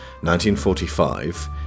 1945